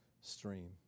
stream